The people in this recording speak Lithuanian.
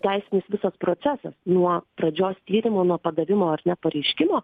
teisinis visas procesas nuo pradžios tyrimo nuo padavimo ar ne pareiškimo